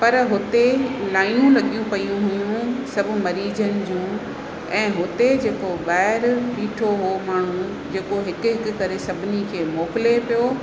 पर हुते लाइनूं लॻियूं पेयूं हुयूं सभु मरीजनि जूं ऐं हुते जेको ॿाहिरि बीठो हुओ माण्हू जेको हिकु हिकु करे सभिनी खे मोकिले पियो